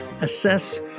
Assess